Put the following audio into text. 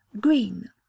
GREEN